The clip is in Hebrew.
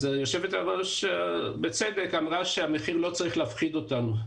יושבת הראש אמרה בצדק שהמחיר לא צריך להפחיד אותנו.